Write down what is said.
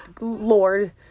Lord